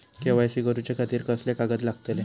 KYC करूच्या खातिर कसले कागद लागतले?